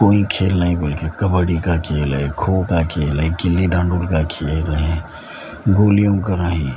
کوئی کھیل نہیں بول کہ کبڈی کا کھیل ہے کھوکا کھیل ہے گلی ڈنڈوں کا کھیل ہے گولیوں کا راہی